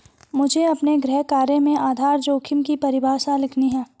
मुझे अपने गृह कार्य में आधार जोखिम की परिभाषा लिखनी है